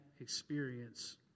experience